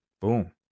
boom